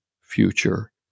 future